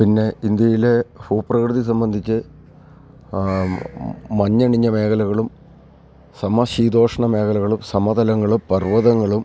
പിന്നെ ഇന്ത്യയിലെ ഭൂ പ്രകൃതി സംബന്ധിച്ച് മഞ്ഞണിഞ്ഞ മേഖലകളും സമശീതോഷ്ണ മേഖലകളും സമതലങ്ങളും പർവ്വതങ്ങളും